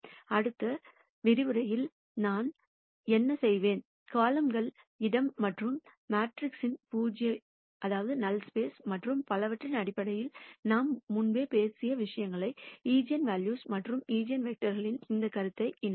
அடுத்த சொற்பொழிவில் நான் என்ன செய்வேன்காலம்கள் இடம் மற்றும் மெட்ரிக்ஸின் நல் ஸ்பேஸ் ம் மற்றும் பலவற்றின் அடிப்படையில் நாம் முன்பே பேசிய விஷயங்களுடன் ஈஜென்வெல்யூஸ்ஸ் மற்றும் ஈஜென்வெக்டர்களின் இந்த கருத்தை இணைப்பேன்